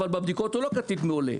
אבל בבדיקות הוא לא כתית מעולה,